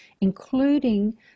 including